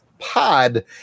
pod